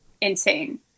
insane